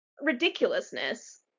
ridiculousness